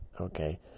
Okay